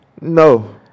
No